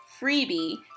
freebie